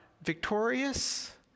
victorious